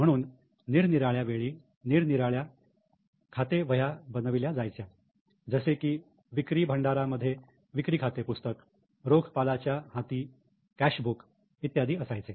म्हणून निरनिराळ्या वेळी निरनिराळ्या खाते वह्यां बनवल्या जायच्या जसे की विक्री भंडारा मध्ये विक्री खाते पुस्तक रोखपालाच्या हाती कॅश बुक इत्यादी असायचे